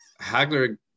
Hagler